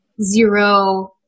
zero